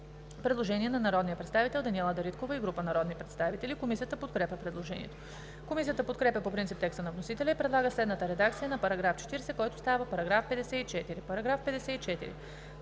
Предложение на народния представител Даниела Дариткова и група народни представители. Комисията подкрепя предложението. Комисията подкрепя по принцип текста на вносителя и предлага следната редакция на § 9, който става § 11: „§ 11.